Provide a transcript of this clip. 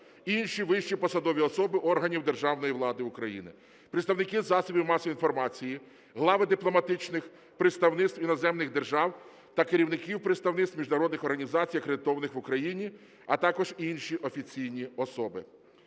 інші вищі посадові особи органів державної влади України, представники засобів масової інформації, глави дипломатичних представництв іноземних держав та керівників представництв міжнародних організацій, акредитованих в Україні, а також інші офіційні особи.